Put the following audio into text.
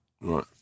Right